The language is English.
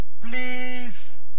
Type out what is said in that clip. please